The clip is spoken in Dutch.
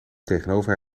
tegenover